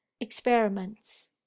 experiments